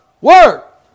work